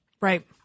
Right